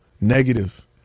negative